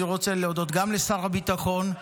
אני רוצה להודות גם לשר הביטחון,